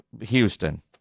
Houston